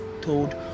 told